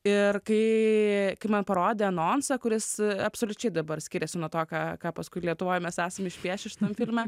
ir kai man parodė anonsą kuris absoliučiai dabar skiriasi nuo to ką ką paskui lietuvoj mes esam išpiešę šitam filme